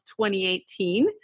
2018